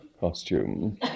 costume